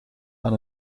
aan